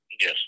Yes